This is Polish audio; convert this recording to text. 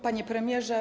Panie Premierze!